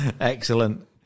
excellent